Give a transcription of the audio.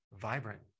vibrant